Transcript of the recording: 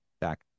back